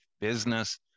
business